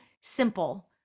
simple